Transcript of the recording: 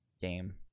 game